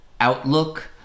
outlook